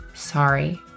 Sorry